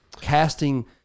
casting